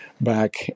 back